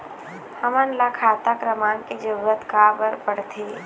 हमन ला खाता क्रमांक के जरूरत का बर पड़थे?